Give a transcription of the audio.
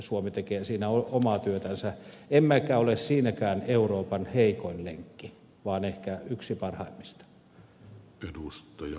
suomi tekee siinä omaa työtänsä emmekä ole siinäkään euroopan heikoin lenkki vaan ehkä yksi parhaimmista